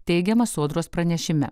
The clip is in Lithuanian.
teigiama sodros pranešime